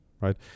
right